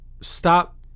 stop